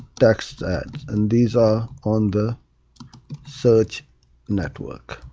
text ads. and these are on the search network.